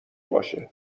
باشه